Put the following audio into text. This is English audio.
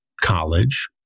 college